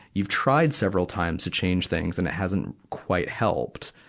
you've tried several times to change things, and it hasn't quite helped.